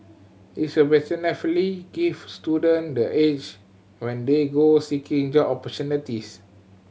it's a gives student the edge when they go seeking job opportunities